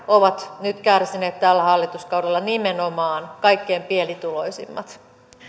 ovat nyt kärsineet tällä hallituskaudella nimenomaan kaikkein pienituloisimmat